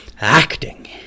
acting